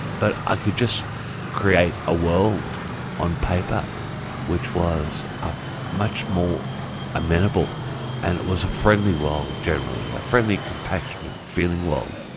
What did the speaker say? but i just create a world on paper which was um much more amenable and it was a friendly world generally. a friendly, compassionate, feeling world.